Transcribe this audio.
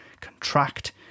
contract